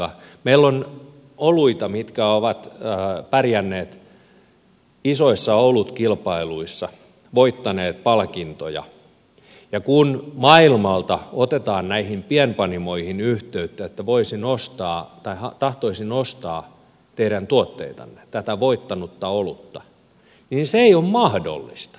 meillä on oluita jotka ovat pärjänneet isoissa olutkilpailuissa voittaneet palkintoja ja kun maailmalta otetaan näihin pienpanimoihin yhteyttä että tahtoisin ostaa teidän tuotteitanne tätä voittanutta olutta niin se ei ole mahdollista